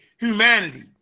Humanity